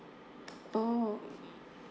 oh